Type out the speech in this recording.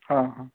हां हां